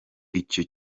icyo